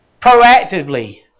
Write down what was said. proactively